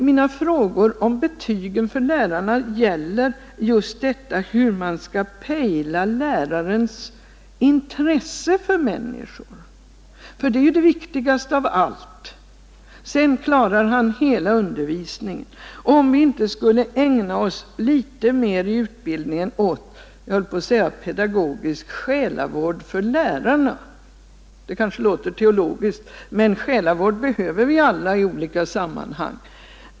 Mina frågor om betygen för lärarna gäller just hur man skall pejla lärarens intresse för människor — för det är ju det viktigaste av allt, sedan — Nr 28 klarar han hela undervisningen — om man inte i utbildningen skulle ägna Torsdagen den sig litet mer åt pedagogisk själavård för lärarna. Det kanske låter 24 februari 1972 teologiskt, men själavård behöver vi alla i olika sammanhang.